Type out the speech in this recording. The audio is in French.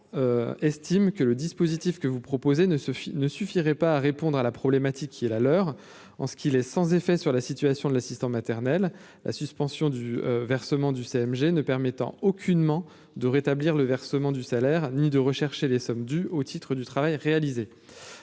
représentants, estime que le dispositif que vous proposez ne se ne suffirait pas à répondre à la problématique qui est la leur, en ce qui est sans effet sur la situation de l'assistant maternel, la suspension du versement du CMG ne permettant aucunement de rétablir le versement du salaire ni de rechercher les sommes dues au titre du travail réalisé